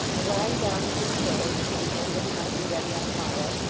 and lying down in his clothes to the end that he might be ready on the morrow,